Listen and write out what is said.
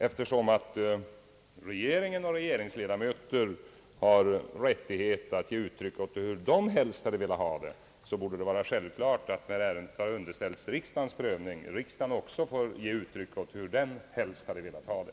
Eftersom regeringen och regeringsledamöterna har rättighet att ge uttryck för hur de helst hade velat ha det borde det vara självklart att riksdagen, när ärendet underställes riksdagen för prövning, också får ge uttryck för hur den helst hade velat ha det.